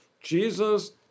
Jesus